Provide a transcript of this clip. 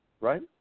right